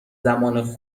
زمان